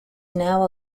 now